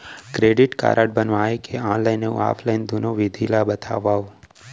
Credit card बनवाए के online अऊ ऑफलाइन दुनो विधि ला बतावव?